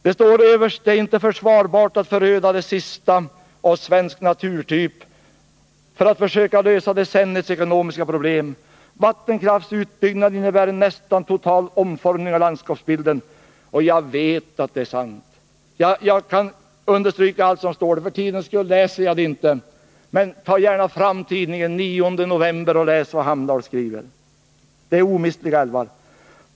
Det står överst: ”Det är inte försvarbart att föröda det sista av en svensk naturtyp för att försöka lösa decenniets ekonomiska problem. Vattenkraftutbyggnad innebär en nästan total omformning av landskapsbilden.” Jag vet att det är sant. Jag kan understryka allt som står här, men för tidens skull läser jag det inte. Ta gärna fram tidningen från den 9 november och läs vad Hamdahl skriver! Det är fråga om omistliga älvar.